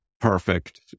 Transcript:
perfect